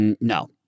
no